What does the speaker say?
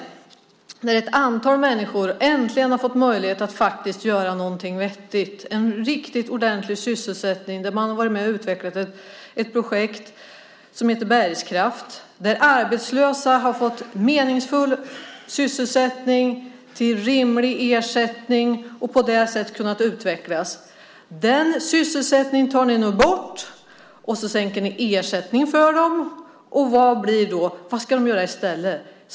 Där har ett antal människor äntligen fått möjlighet att faktiskt göra någonting vettigt. Det har varit en riktig, ordentlig sysselsättning där de har varit med och utvecklat ett projekt som heter Bergskraft. Där har arbetslösa fått meningsfull sysselsättning till rimlig ersättning och på det sättet kunnat utvecklas. Den sysselsättningen tar ni nu bort, och ni sänker ersättningen för dem. Vad ska de göra i stället?